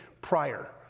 prior